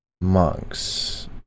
monks